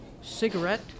cigarette